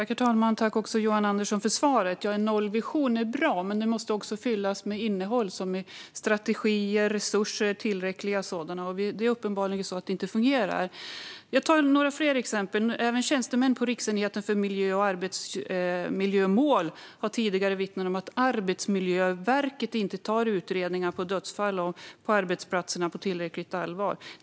Fru talman! Tack, Johan Andersson, för svaret! En nollvision är bra, men den måste också fyllas med innehåll som strategier och tillräckliga resurser. Det är uppenbarligen så att det inte fungerar. Jag tar några fler exempel. Även tjänstemän på Riksenheten för miljö och arbetsmiljömål har tidigare vittnat om att Arbetsmiljöverket inte tar utredningar om dödsfall på arbetsplatserna på tillräckligt allvar.